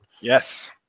Yes